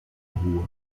rua